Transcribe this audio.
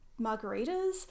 margaritas